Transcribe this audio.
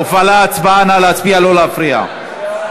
כן,